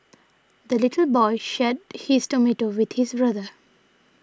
the little boy shared his tomato with his brother